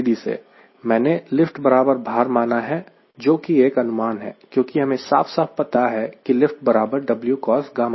मैंने लिफ्ट बराबर भार माना है जो कि एक अनुमान है क्योंकि हमें साफ साफ पता है कि लिफ्ट बराबर W cosγ है